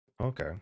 Okay